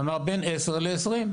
אמר בין 10 ל-20.